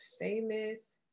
Famous